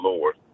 Lord